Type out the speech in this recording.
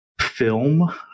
film